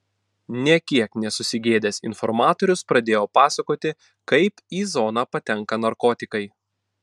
nė kiek nesusigėdęs informatorius pradėjo pasakoti kaip į zoną patenka narkotikai